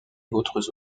autres